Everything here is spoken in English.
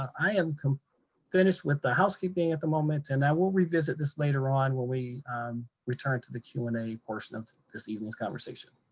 i am finished with the housekeeping at the moment, and i will revisit this later on when we return to the q and a portion of this evening's conversation.